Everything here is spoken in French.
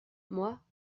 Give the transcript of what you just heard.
moi